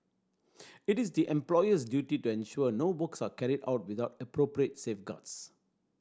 it is the employer's duty to ensure no works are carried out without appropriate safeguards